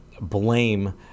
blame